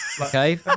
Okay